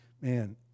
Man